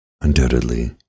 undoubtedly